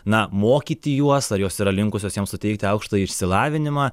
na mokyti juos ar jos yra linkusios jiems suteikti aukštąjį išsilavinimą